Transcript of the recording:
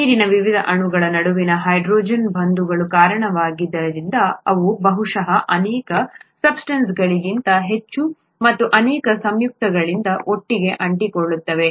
ನೀರಿನ ವಿವಿಧ ಅಣುಗಳ ನಡುವಿನ ಹೈಡ್ರೋಜನ್ ಬಂಧಗಳ ಕಾರಣದಿಂದಾಗಿ ಅವು ಬಹುಶಃ ಅನೇಕ ಇತರ ಸಬ್ಸ್ಟೆನ್ಸ್ಗಳಿಗಿಂತ ಹೆಚ್ಚು ಮತ್ತು ಅನೇಕ ಇತರ ಸಂಯುಕ್ತಗಳಿಗಿಂತ ಒಟ್ಟಿಗೆ ಅಂಟಿಕೊಳ್ಳುತ್ತವೆ